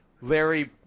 Larry